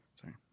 Sorry